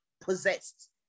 possessed